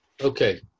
Okay